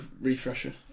refresher